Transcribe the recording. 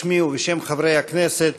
בשמי ובשם חברי הכנסת,